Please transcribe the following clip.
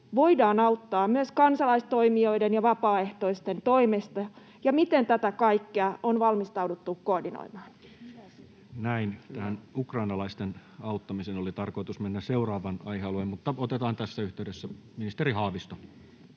voidaan auttaa myös kansalaistoimijoiden ja vapaaehtoisten toimesta, ja miten tätä kaikkea on valmistauduttu koordinoimaan? Näin. — Tähän ukrainalaisten auttamiseen oli tarkoitus mennä seuraavan aihealueen yhteydessä, mutta otetaan se tässä. — Ministeri Haavisto.